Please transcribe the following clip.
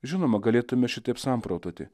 žinoma galėtume šitaip samprotauti